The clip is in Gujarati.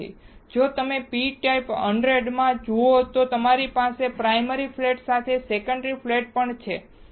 હવે જો તમે p ટાઇપ 100 માટે જાઓ છો તો અમારી પાસે પ્રાઈમરી ફ્લેટની સાથે સેકન્ડરી ફ્લેટ પણ છે